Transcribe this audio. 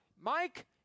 Mike